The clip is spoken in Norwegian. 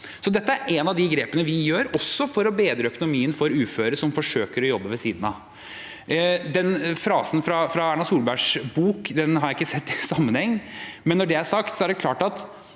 Dette er et av grepene vi gjør også for å bedre økonomien for uføre som forsøker å jobbe ved siden av. Den frasen fra Erna Solbergs bok har jeg ikke sett i sammenheng. Når det er sagt, er det klart at